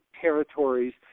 territories